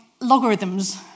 logarithms